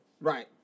Right